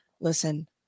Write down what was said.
listen